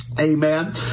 Amen